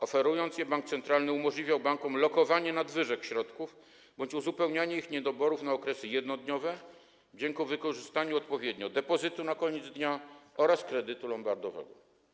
Oferując je, bank centralny umożliwiał bankom lokowanie nadwyżek środków bądź uzupełnianie ich niedoborów na okresy 1-dniowe dzięki wykorzystaniu odpowiednio depozytu na koniec dnia oraz kredytu lombardowego.